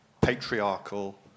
patriarchal